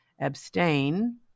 abstain